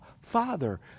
Father